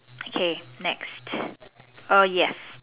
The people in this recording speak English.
okay next oh yes